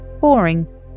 Boring